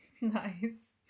Nice